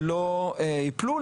ולא יפלו,